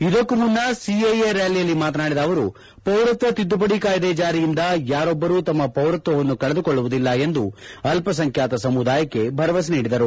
ಇದಕ್ಕೂ ಮುನ್ನ ಸಿಎಎ ರ್ನಾಲಿಯಲ್ಲಿ ಮಾತನಾಡಿದ ಅವರು ಪೌರತ್ತ ತಿದ್ಲುಪಡಿ ಕಾಯ್ಲಿ ಜಾರಿಯಿಂದ ಯಾರೊಬ್ಲರು ತಮ್ಮ ಪೌರತ್ವವನ್ನು ಕಳೆದುಕೊಳ್ಳುವುದಿಲ್ಲ ಎಂದು ಅಲ್ಲಸಂಖ್ಯಾತ ಸಮುದಾಯಕ್ಕೆ ಭರವಸೆ ನೀಡಿದರು